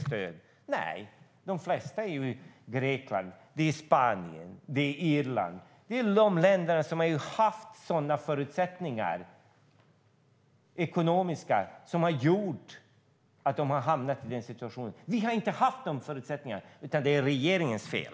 I själva verket är det fråga om länder som Grekland, Spanien och Irland - de länder som har haft ekonomiska förutsättningar som gjort att de hamnat i den situationen. Vi har inte haft de förutsättningarna. Hos oss är det regeringens fel!